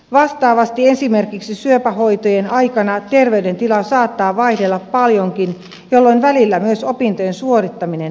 vastaavasti esimerkiksi syöpähoitojen aikana terveydentila saattaa vaihdella paljonkin jolloin välillä myös opintojen suorittaminen on mahdollista